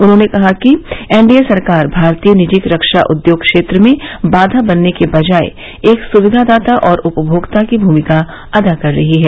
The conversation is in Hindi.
उन्होंने कहा कि एनडीए सरकार भारतीय निजी रक्षा उद्योग क्षेत्र में बाधा बनने के बजाय एक सुविधादाता और उपमोक्ता की भूमिका अदा कर रही है